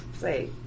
say